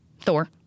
Thor